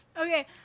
Okay